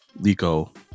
Liko